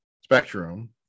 spectrum